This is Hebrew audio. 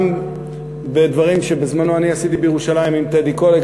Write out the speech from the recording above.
גם בדברים שבזמני אני עשיתי בירושלים עם טדי קולק,